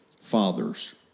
fathers